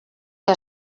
que